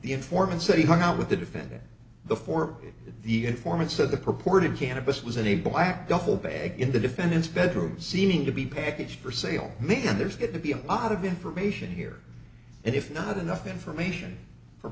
the informant said he hung out with the defendant the for the informant said the purported cannabis was in a black duffel bag in the defendant's bedroom seeming to be packaged for sale then there's going to be a lot of information here and if not enough information for